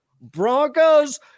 Broncos